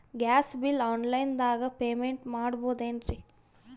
Gas bill online ದಾಗ payment ಮಾಡಬೋದೇನ್ರಿ?